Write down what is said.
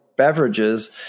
beverages